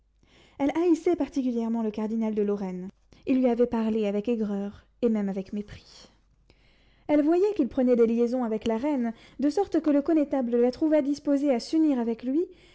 elle haïssait particulièrement le cardinal de lorraine il lui avait parlé avec aigreur et même avec mépris elle voyait qu'il prenait des liaisons avec la reine de sorte que le connétable la trouva disposée à s'unir avec lui